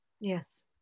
Yes